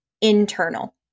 internal